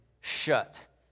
shut